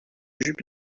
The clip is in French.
jupe